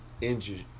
injured